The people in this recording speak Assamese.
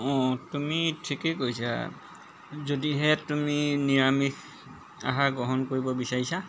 অঁ অঁ তুমি ঠিকেই কৈছা যদিহে তুমি নিৰামিষ আহাৰ গ্ৰহণ কৰিব বিচাৰিছা